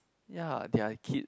ya they are kids